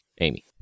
Amy